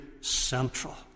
central